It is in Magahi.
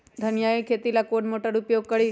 धनिया के खेती ला कौन मोटर उपयोग करी?